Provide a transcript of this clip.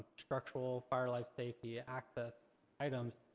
structural fire like safety access items,